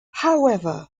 however